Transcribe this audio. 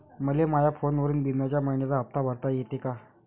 मले माया फोनवरून बिम्याचा मइन्याचा हप्ता भरता येते का?